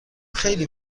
خیلی